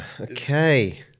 okay